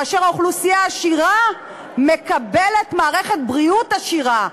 כאשר האוכלוסייה העשירה מקבלת מערכת בריאות עשירה,